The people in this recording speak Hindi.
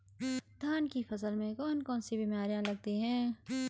धान की फसल में कौन कौन सी बीमारियां लगती हैं?